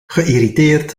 geïrriteerd